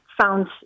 found